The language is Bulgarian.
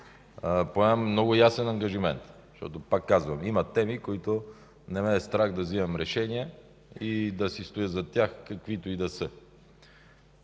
поемам много ясен ангажимент, защото, пак казвам, има теми, по които не ме е страх да вземам решения и да си стоя до тях, каквито и да са.